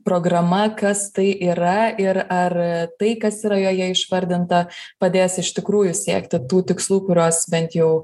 programa kas tai yra ir ar tai kas yra joje išvardinta padės iš tikrųjų siekti tų tikslų kuriuos bent jau